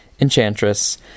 Enchantress